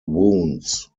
wounds